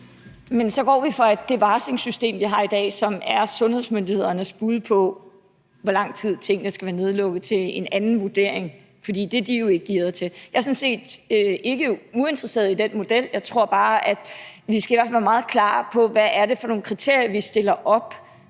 Men så går vi fra det varslingssystem, vi har i dag, som er sundhedsmyndighedernes bud på, hvor lang tid tingene skal være nedlukket, til en anden vurdering; for det er de jo ikke gearet til. Jeg er sådan set ikke uinteresseret i den model, men jeg tror bare, at vi i hvert fald skal være meget klare, med hensyn til hvad det er for nogle kriterier, vi stiller op